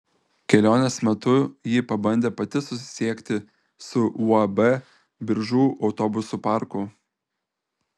kelionės metu ji pabandė pati susisiekti su uab biržų autobusų parku